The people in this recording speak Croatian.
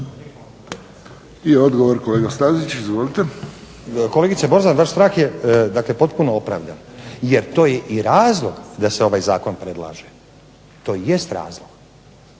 I odgovor, kolega Stazić. Izvolite. **Stazić, Nenad (SDP)** Kolegice Borzan, vaš strah je dakle potpuno opravdan, jer to je i razlog da se ovaj zakon predlaže, to jest razlog.